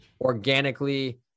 organically